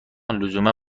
لزوما